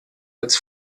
als